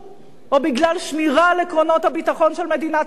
או בגלל שמירה על עקרונות הביטחון של מדינת ישראל,